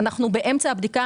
באמצע הבדיקה,